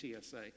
TSA